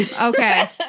Okay